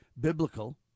biblical